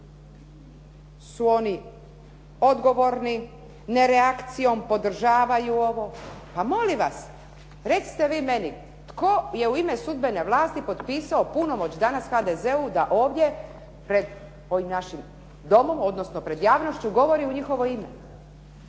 su oni odgovorni, ne reakcijom, podržavaju ovo. Pa molim vas, recite vi meni tko je u ime sudbene vlasti potpisao punomoć danas HDZ-u da ovdje pred ovim našim Domom, odnosno pred javnošću govori u njihovo ime.